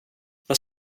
vad